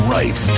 right